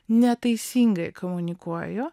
neteisingai komunikuoju